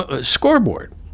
scoreboard